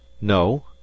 No